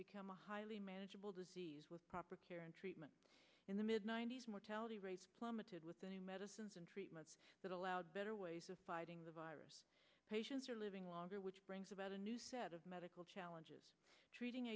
become a highly manageable disease with proper care and treatment in the mid ninety's mortality rates plummeted with many medicines and treatments that allowed better ways of fighting the virus patients are living longer which brings about medical challenges